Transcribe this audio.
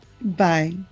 bye